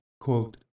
quote